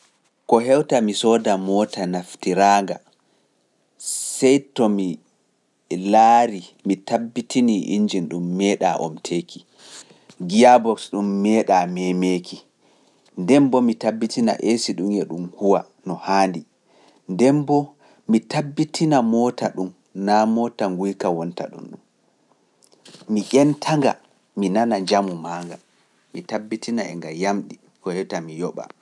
Ko hewta mi sooda moota naftiraanga, sey to mi laarii, mi tabbitinii injin ɗum meeɗaa omteeki, giyaboks boks ɗum meeɗaa meemeeki, nden boo mi tabbitina eesi ɗum e ɗum huwa no haandi, nden boo mi tabbitina moota ɗum naa moota nguyka wonta ɗon ɗum. Mi ƴenta nga, mi nana njamu maa nga, mi tabitina e nga yamɗi, ko hewta mi yoɓa.